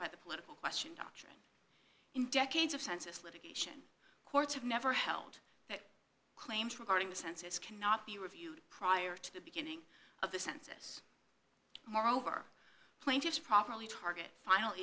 but the political question doctrine in decades of census litigation courts have never held claims regarding the census cannot be reviewed prior to the beginning of the census moreover plaintiffs properly target final